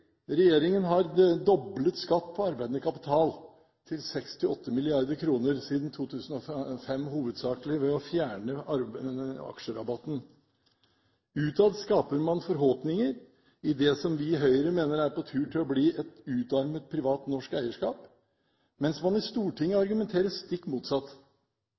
Regjeringen har doblet skatt på arbeidende kapital til 6–8 mrd. kr siden 2005, hovedsakelig ved å fjerne aksjerabatten. Utad skaper man forhåpninger i det som vi i Høyre mener er på vei til å bli et utarmet privat norsk eierskap, mens man i Stortinget argumenterer stikk motsatt.